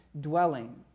dwelling